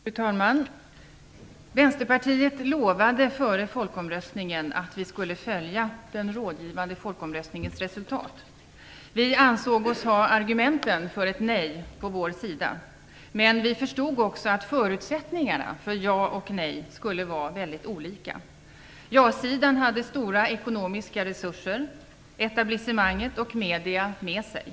Fru talman! Vänsterpartiet lovade före folkomröstningen att följa den rådgivande folkomröstningens resultat. Vi i Vänsterpartiet ansåg oss ha argumenten för ett nej på vår sida. Men vi förstod också att förutsättningarna för ja respektive nej-sidan skulle vara mycket olika. Ja-sidan hade stora ekonomiska resurser; ja-sidan hade etablissemanget och medierna med sig.